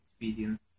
experience